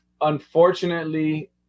Unfortunately